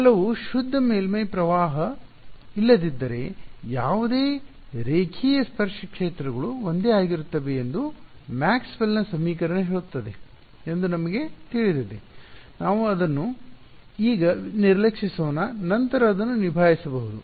ಕೆಲವು ಶುದ್ಧ ಮೇಲ್ಮೈ ಪ್ರವಾಹ ಇಲ್ಲದಿದ್ದರೆ ಯಾವುದೇ ಗಡಿರೇಖೆಯ ಸ್ಪರ್ಶ ಕ್ಷೇತ್ರಗಳು ಒಂದೇ ಆಗಿರುತ್ತವೆ ಎಂದು ಮ್ಯಾಕ್ಸ್ವೆಲ್ನ Maxwell's ಸಮೀಕರಣ ಹೇಳುತ್ತದೆ ಎಂದು ನಮಗೆ ತಿಳಿದಿದೆ ನಾವು ಅದನ್ನು ಈಗ ನಿರ್ಲಕ್ಷಿಸೋಣ ನಂತರ ಅದನ್ನು ನಿಭಾಯಿಸಬಹುದು